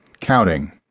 counting